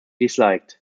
disliked